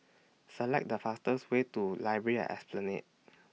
Select The fastest Way to Library At Esplanade